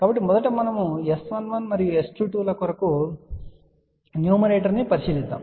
కాబట్టి మొదట మనము S11 మరియు S22 ల కొరకకు న్యూమరేటర్ ను పరిశీలిస్తాము